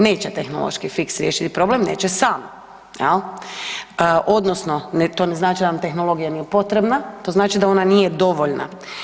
Neće tehnološki fiks riješiti problem, neće sam jel odnosno to ne znači da nam tehnologija nije potrebna, to znači da ona nije dovoljna.